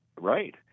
Right